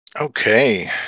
Okay